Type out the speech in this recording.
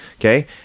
okay